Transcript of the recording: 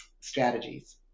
strategies